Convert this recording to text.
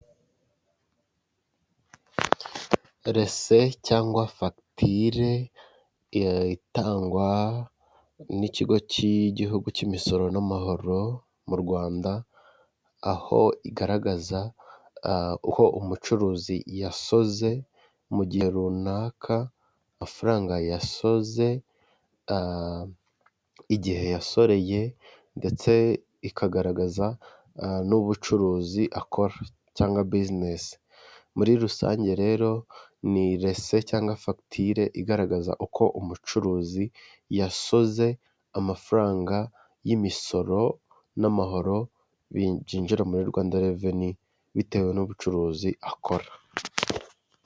Rese cyangwa fagitire ya itangwa n'ikigo cy'igihugu cy'imisoro n'amahoro mu Rwanda aho igaragazaho umucuruzi yasoze mu gihe runaka amafaranga yasoze igihe yasoreye ndetse ikagaragaza n'ubucuruzi akora cyangwa buzinesi muri rusange rero ni rese cyangwa fagitire igaragaza uko umucuruzi yasoze amafaranga y'imisoro n'amahoro binjjira muri Rwanda revenu bitewe n'ubucuruzi akora.